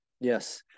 Yes